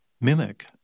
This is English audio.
mimic